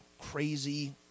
crazy